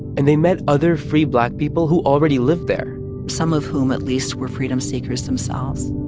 and they met other free black people who already lived there some of whom at least were freedom-seekers themselves